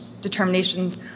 determinations